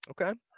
Okay